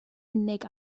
unig